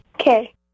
Okay